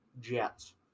Jets